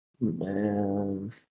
Man